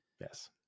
Yes